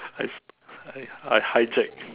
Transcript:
I I I hijack